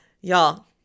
Y'all